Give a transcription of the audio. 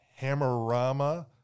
Hammerama